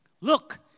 Look